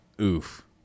oof